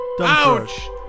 Ouch